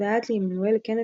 ועד לעמנואל קנט,